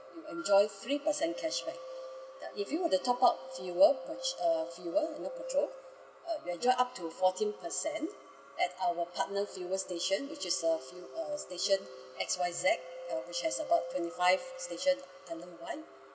you enjoy three percent cashback if you were to top up fuel which uh fuel mobile petrol uh you enjoy up to fourteen percent at our partner fuel station which is uh fu~ uh station X Y Z uh which have about twenty five station random [one]